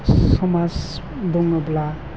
समाज बुङोब्ला